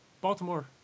Baltimore